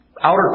outer